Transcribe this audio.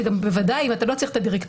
שגם בוודאי אם אתה לא צריך את הדירקטוריון,